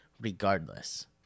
regardless